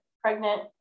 pregnant